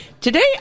Today